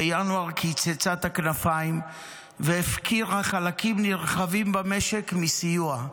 בינואר היא קיצצה את הכנפיים והפקירה חלקים נרחבים במשק בלי סיוע.